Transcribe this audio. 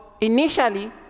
initially